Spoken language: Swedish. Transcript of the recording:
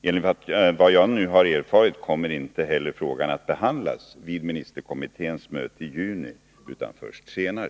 Enligt vad jag nu erfarit kommer inte heller frågan att behandlas vid ministerkommitténs möte i juni utan först senare.